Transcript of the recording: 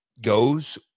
goes